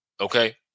okay